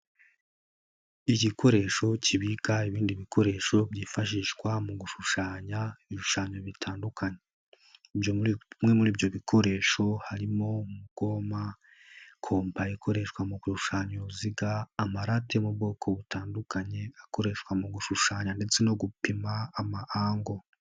Igikoresho kibika ibindi bikoresho byifashishwa mu gushushanya ibishushanyo bitandukanye, ibyo bimwe muri ibyo bikoresho harimo goma, kompa ikoreshwa mu gushushanya uruziga, amarate mu bwoko butandukanye, akoreshwa mu gushushanya ndetse no gupima ama angle.